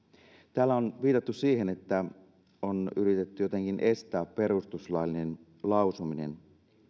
täällä on viitattu siihen että on yritetty jotenkin estää perustuslaillinen lausuminen